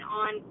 on